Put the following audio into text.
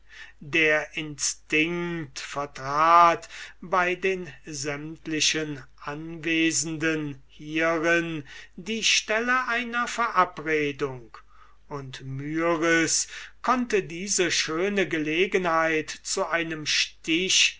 der instinct vertrat bei den sämtlichen anwesenden hierin die stelle einer verabredung und myris konnte diese schöne gelegenheit zu einem stich